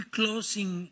closing